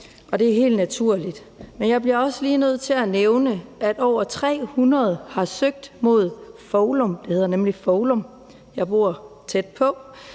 og det er helt naturligt. Men jeg bliver også lige nødt til at nævne, at over 300 har søgt mod Foulum, hvor Aarhus Universitet